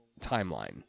timeline